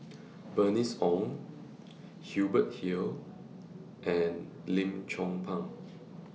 Bernice Ong Hubert Hill and Lim Chong Pang